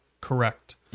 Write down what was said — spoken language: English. correct